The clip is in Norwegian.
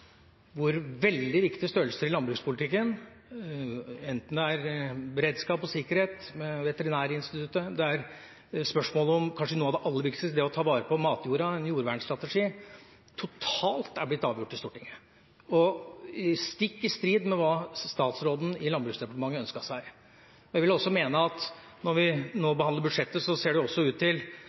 hvor veldig viktige størrelser i landbrukspolitikken, enten det er beredskap og sikkerhet, Veterinærinstituttet eller det er spørsmål om kanskje noe av det aller viktigste, det å ta vare på matjorda, en jordvernstrategi, totalt er blitt avgjort i Stortinget – stikk i strid med hva statsråden i Landbruksdepartementet ønsket seg. Jeg vil også mene at når vi nå behandler budsjettet, ser det også ut til